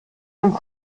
dem